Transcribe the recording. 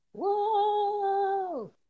Whoa